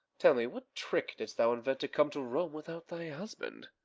tell me what trick didst thou invent to come to rome without thy husband?